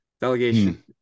delegation